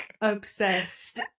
obsessed